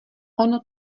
ono